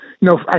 No